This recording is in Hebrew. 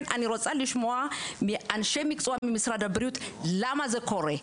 אני רוצה לשמוע מאנשי המקצוע במשרד הבריאות למה זה קורה,